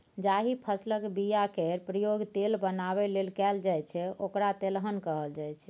जाहि फसलक बीया केर प्रयोग तेल बनाबै लेल कएल जाइ छै ओकरा तेलहन कहल जाइ छै